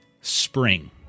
spring